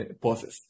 process